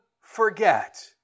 forget